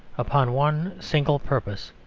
upon one single purpose,